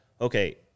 okay